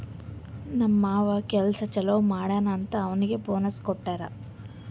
ನಮ್ ಮಾಮಾ ಕೆಲ್ಸಾ ಛಲೋ ಮಾಡ್ಯಾನ್ ಅಂತ್ ಅವ್ನಿಗ್ ಬೋನಸ್ ಕೊಟ್ಟಾರ್